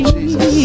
Jesus